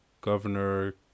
Governor